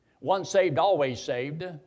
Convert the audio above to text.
once-saved-always-saved